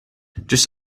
just